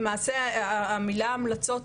למעשה המילה המלצות,